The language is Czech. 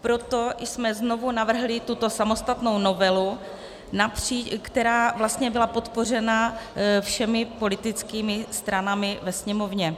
Proto jsme znovu navrhli tuto samostatnou novelu, která byla podpořena všemi politickými stranami ve Sněmovně.